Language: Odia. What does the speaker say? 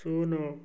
ଶୂନ୍